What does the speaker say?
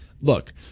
Look